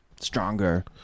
stronger